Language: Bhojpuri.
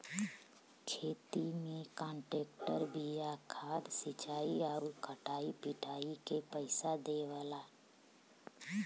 खेती में कांट्रेक्टर बिया खाद सिंचाई आउर कटाई पिटाई के पइसा देवला